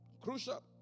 crucial